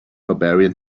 barbarian